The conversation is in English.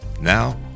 now